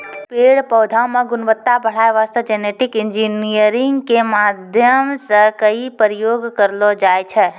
पेड़ पौधा मॅ गुणवत्ता बढ़ाय वास्तॅ जेनेटिक इंजीनियरिंग के माध्यम सॅ कई प्रयोग करलो जाय छै